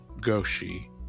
Goshi